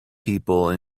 people